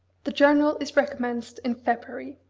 the journal is recommenced in february.